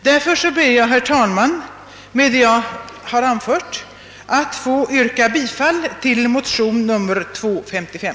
Därför ber jag, herr talman, att med det anförda få yrka bifall till motion II: 55.